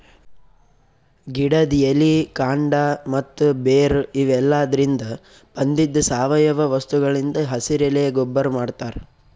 ಗಿಡದ್ ಎಲಿ ಕಾಂಡ ಮತ್ತ್ ಬೇರ್ ಇವೆಲಾದ್ರಿನ್ದ ಬಂದಿದ್ ಸಾವಯವ ವಸ್ತುಗಳಿಂದ್ ಹಸಿರೆಲೆ ಗೊಬ್ಬರ್ ಮಾಡ್ತಾರ್